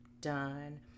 done